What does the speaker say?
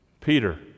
Peter